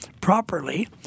properly